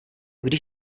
když